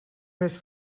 més